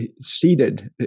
seated